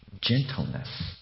Gentleness